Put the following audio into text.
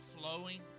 flowing